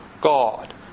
God